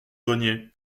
grenier